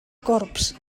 corbs